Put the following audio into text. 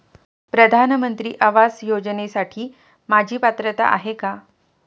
प्रधानमंत्री आवास योजनेसाठी माझी पात्रता आहे का?